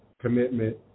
commitment